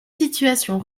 situation